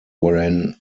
ran